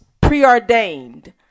preordained